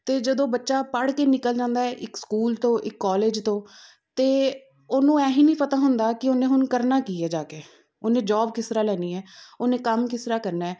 ਅਤੇ ਜਦੋਂ ਬੱਚਾ ਪੜ੍ਹ ਕੇ ਨਿਕਲ ਜਾਂਦਾ ਹੈ ਇੱਕ ਸਕੂਲ ਤੋਂ ਇੱਕ ਕੋਲੇਜ ਤੋਂ ਅਤੇ ਉਹਨੂੰ ਇਹ ਹੀ ਨਹੀਂ ਪਤਾ ਹੁੰਦਾ ਕਿ ਉਹਨੇ ਹੁਣ ਕਰਨਾ ਕੀ ਹੈ ਜਾ ਕੇ ਉਹਨੇ ਜੋਬ ਕਿਸ ਤਰ੍ਹਾਂ ਲੈਣੀ ਹੈ ਉਹਨੇ ਕੰਮ ਕਿਸ ਤਰ੍ਹਾਂ ਕਰਨਾ ਹੈ